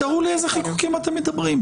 תראו לי על איזה חיקוקים אתם מדברים.